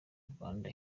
rwanda